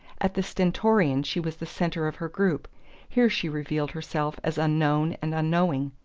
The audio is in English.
at the stentorian she was the centre of her group here she revealed herself as unknown and unknowing.